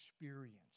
experience